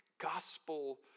gospel